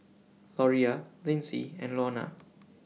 Loria Linsey and Lorna